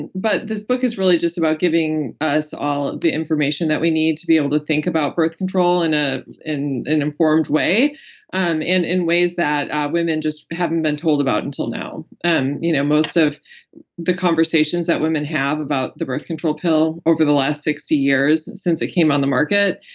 and but this book is really just about giving us all the information that we need to be able to think about birth control in ah in an informed way um and in ways that women just haven't been told about until now um you know most of the conversations that women have about the birth control pill over the last sixty years, since it came on the market,